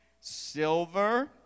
silver